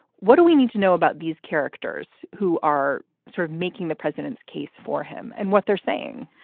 what do we need to know about these characters who are sort of making the president's case for him and what they're saying?